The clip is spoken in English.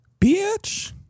bitch